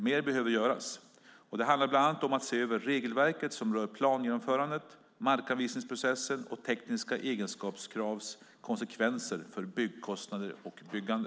Mer behöver göras. Det handlar bland annat om att se över regelverket som rör plangenomförandet, markanvisningsprocessen och tekniska egenskapskravs konsekvenser för byggkostnader och byggande.